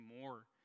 more